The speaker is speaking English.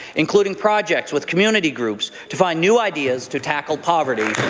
including projects with community groups to find new ideas to tackle poverty.